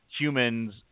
humans